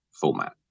format